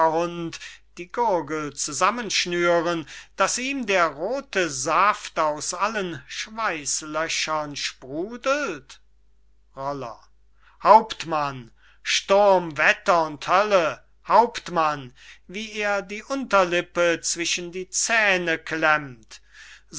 die gurgel zusammen schnüren daß ihm der rothe saft aus allen schweislöchern sprudelt roller hauptmann sturm wetter und hölle hauptmann wie er die unterlippe zwischen die zähne klemmt